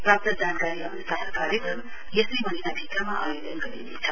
प्राप्त जानकारी अन्सार कार्यक्रम यसै महीना भित्रमा आयोजन गरिनेछ